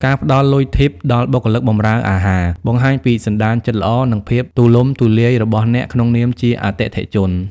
ការផ្ដល់លុយ Tip ដល់បុគ្គលិកបម្រើអាហារ បង្ហាញពីសណ្ដានចិត្តល្អ និងភាពទូលំទូលាយរបស់អ្នកក្នុងនាមជាអតិថិជន។